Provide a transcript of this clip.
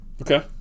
Okay